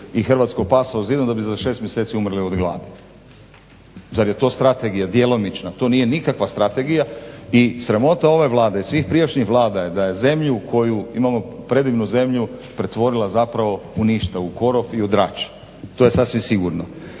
i Hrvatsku opasao zidom da bi za 6 mjeseci umrli od gladi. Zar je to strategija djelomična? To nije nikakva strategija i sramota ove Vlade i svih prijašnjih vlada je da je zemlju koju imamo, predivnu zemlju pretvorila zapravo u ništa u korov i u drač. To je sasvim sigurno.